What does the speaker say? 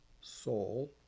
soul